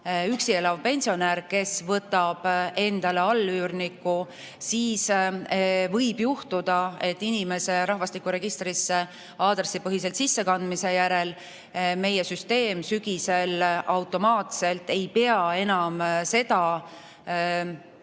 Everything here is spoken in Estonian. üksi elav pensionär, kes võtab endale allüürniku, siis võib juhtuda, et inimese rahvastikuregistrisse aadressipõhiselt sissekandmise järel meie süsteem sügisel automaatselt ei pea enam seda